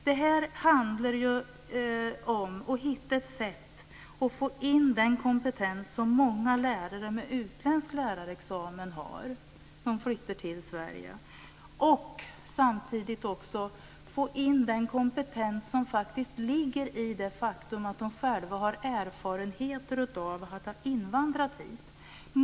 Det handlar ju här om att hitta ett sätt att få in den kompetens som många lärare med utländsk lärarexamen som flyttar till Sverige har och samtidigt också att få in den kompetens som ligger i det faktum att de själva har erfarenheter av att ha invandrat hit.